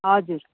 हजुर